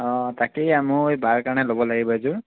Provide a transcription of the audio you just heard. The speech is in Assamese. অ তাকেই মইও বাৰ কাৰণে ল'ব লাগিব এযোৰ